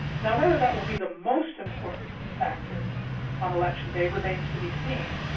now whether that will be the most important factor on election day remains to be seen.